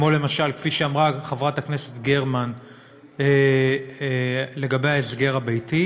למשל כמו שאמרה חברת הכנסת גרמן לגבי ההסגר הביתי,